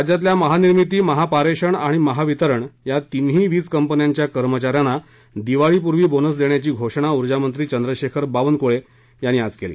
राज्यातल्या महानिर्मिती महापारेषण आणि महावितरण या तिन्ही वीज कंपन्यांच्या कर्मचा यांना दिवाळीपूर्वी बोनस देण्याची घोषणा ऊर्जामंत्री चंद्रशेखर बावनकुळे यांनी आज केली